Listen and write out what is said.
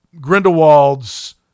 Grindelwald's